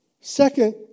Second